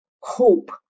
hope